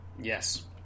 Yes